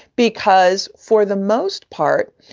because for the most part,